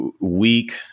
weak